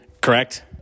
correct